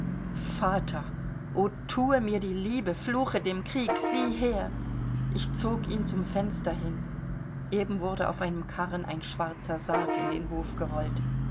vater o thue mir die liebe fluche dem krieg sieh her ich zog ihn zum fenster hin eben wurde auf einem karren ein schwarzer sarg in den hof gerollt